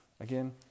again